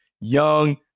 Young